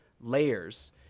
layers